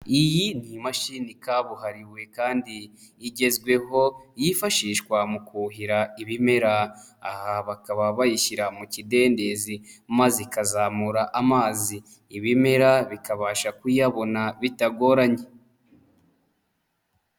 Iyi imashini kabuhariwe kandi igezweho, yifashishwa mu kuhira ibimera, aha bakaba bayishyira mu kidendezi maze ikazamura amazi, ibimera bikabasha kuyabona bitagoranye.